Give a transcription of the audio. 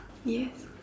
yes